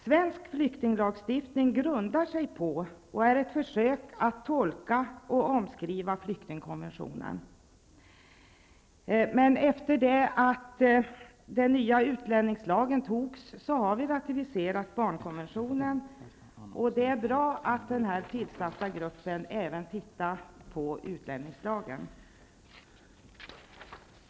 Svensk flyktinglagstiftning grundar sig på och är ett försök att tolka och omskriva flyktingkonventionen. Men efter det att den nya utlänningslagen togs har vi ratificerat barnkonventionen, och det är bra att den nu tillsatta gruppen även tittar på utlänningslagen.